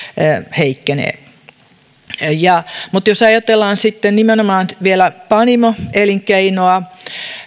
heikkenee mutta jos ajatellaan sitten nimenomaan vielä panimoelinkeinoa